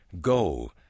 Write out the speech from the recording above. Go